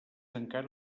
encara